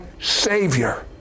Savior